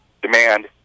demand